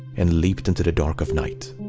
and leaped into the dark of night.